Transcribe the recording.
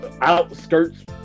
outskirts